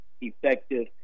effective